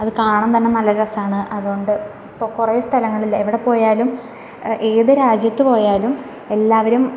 അത് കാണാൻ തന്നെ നല്ല രസമാണ് അതോണ്ട് ഇപ്പം കുറെ സ്ഥലങ്ങളിൽ എവിടെ പോയാലും ഏത് രാജ്യത്തു പോയാലും എല്ലാവരും